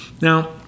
Now